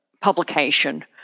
publication